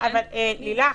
אבל לילך,